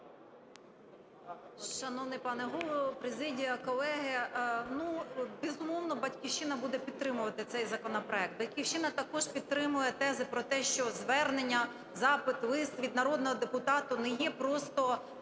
Шановний пане Голово, президія, колеги! Безумовно, "Батьківщина" буде підтримувати цей законопроект. "Батьківщина" також підтримує тези про те, що звернення, запит, лист від народного депутата не є просто